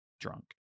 drunk